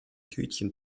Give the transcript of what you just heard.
tütchen